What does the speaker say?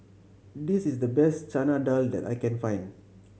this is the best Chana Dal that I can find